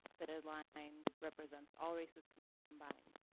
the dotted line represents all races combined.